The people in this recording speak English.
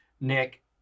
Nick